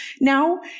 now